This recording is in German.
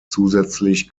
zusätzlich